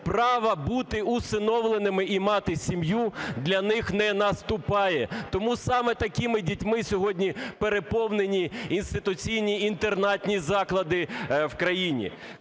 права бути усиновленими і мати сім'ю для них не наступає. Тому саме такими дітьми сьогодні переповнені інституційні інтернатні заклади в країні.